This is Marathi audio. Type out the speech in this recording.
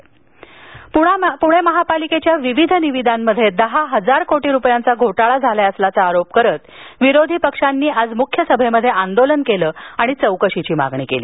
सभा पूणे महापालिकेच्या विविध निविदांमध्ये दहा हजार कोटी रुपयांचा घोटाळा झाला असल्याचा आरोप करत विरोधी पक्षांनी आज मुख्य सभेत आंदोलन करुन चौकशीची मागणी केली